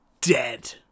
dead